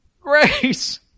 grace